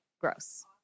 gross